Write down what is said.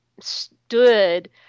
stood